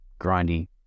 grindy